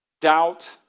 doubt